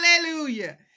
Hallelujah